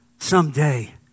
Someday